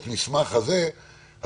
בסוף, החוק הזה גם עולה כסף.